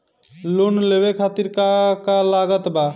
Loan लेवे खातिर का का लागत ब?